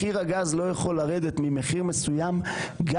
מחיר הגז לא יכול לרדת ממחיר מסוים גם